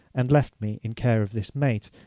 and left me in care of this mate,